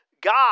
God